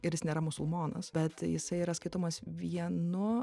ir jis nėra musulmonas bet jisai yra skaitomas vienu